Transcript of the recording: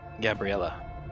Gabriella